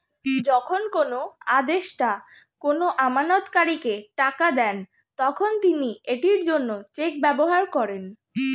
যখন কোনো আদেষ্টা কোনো আমানতকারীকে টাকা দেন, তখন তিনি এটির জন্য চেক ব্যবহার করেন